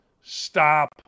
stop